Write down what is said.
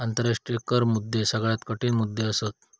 आंतराष्ट्रीय कर मुद्दे सगळ्यात कठीण मुद्दे असत